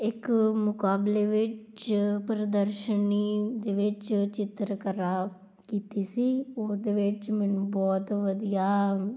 ਇੱਕ ਮੁਕਾਬਲੇ ਵਿੱਚ ਪ੍ਰਦਰਸ਼ਨੀ ਦੇ ਵਿੱਚ ਚਿੱਤਰਕਲਾ ਕੀਤੀ ਸੀ ਉਹਦੇ ਵਿੱਚ ਮੈਨੂੰ ਬਹੁਤ ਵਧੀਆ